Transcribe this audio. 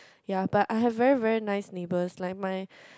yea but I have very very nice neighbours like my